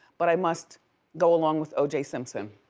but i must go along with o j. simpson.